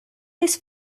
this